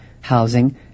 housing